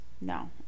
No